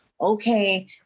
okay